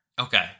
Okay